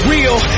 Real